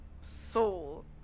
Soul